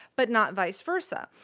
but not vice versa.